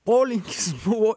polinkis buvo